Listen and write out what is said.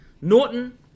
Norton